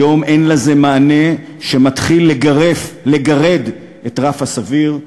היום אין לזה מענה שמתחיל לגרד את רף הסביר,